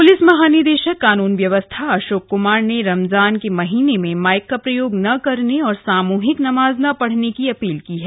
Ramzan police महानिदेशक कानून व्यवस्था अशोक कुमार ने रमजान के महीने में माइक का प्रयोग न करने और सामूहिक नमाज न पढ़ने की अपील की है